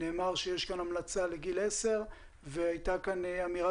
נאמר שיש כאן המלצה לגיל 10 והייתה כאן אמירה